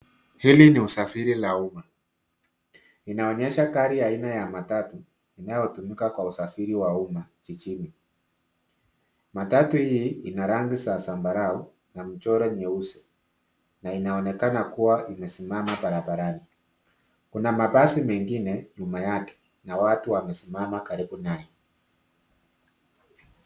Hili ni usafiri la umma, linaonyesha gari aina ya matatu inayotumika kwa usafiri wa umma jijini. Matatu hii ina rangi za zambarau na mchoro nyeusi na inaonekana kuwa imesimama barabarani. Kuna mabasi mengine nyuma yake na watu wamesimama karibu naye.